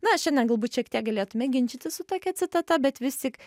na šiandien galbūt šiek tiek galėtume ginčytis su tokia citata bet vis tik